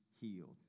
healed